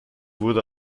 wurde